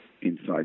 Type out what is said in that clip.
inside